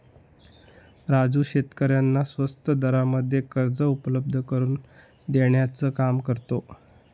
राजू शेतकऱ्यांना स्वस्त दरामध्ये कर्ज उपलब्ध करून देण्याचं काम करतो